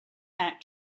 that